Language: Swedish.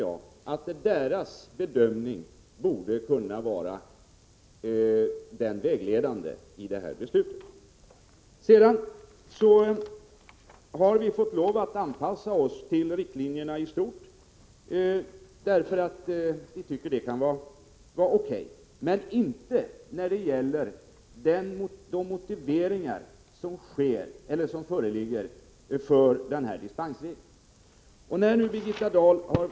Jag anser att ÖEF:s bedömning bör vara vägledande för det beslut som vi skall fatta. Vi borgerliga har accepterat riktlinjerna i stort. De är O.K. Men vi kan inte acceptera de motiveringar som anförs av statsrådet för dispensregeln i 24 §.